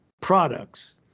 products